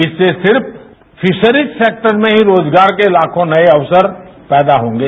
इससे सिर्फ fisheries sector में ही रोजगार के लाखों नए अवसर पैदा होंगे